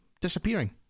disappearing